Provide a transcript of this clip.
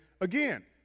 Again